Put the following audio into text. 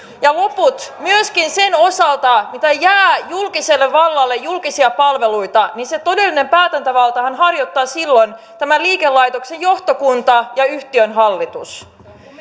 ja loput myöskin sen osalta mitä jää julkiselle vallalle julkisia palveluita sillä sitä todellista päätäntävaltaahan harjoittavat silloin tämän liikelaitoksen johtokunta ja yhtiön hallitus